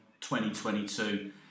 2022